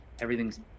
everything's